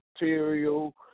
material